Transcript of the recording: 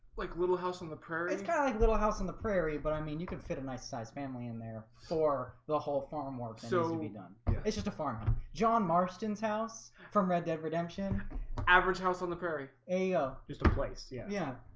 like little house on the prairie it's kind of like little house on the prairie but i mean you can fit a nice sized family in there for the whole farm work so to be done yeah it's just a farmer john marsten's house from red dead redemption average house on the prairie a oh um just a place yeah yeah